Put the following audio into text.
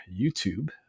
YouTube